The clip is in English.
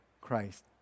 Christ